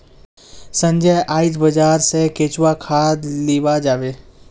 संजय आइज बाजार स केंचुआ खाद लीबा जाबे